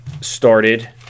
started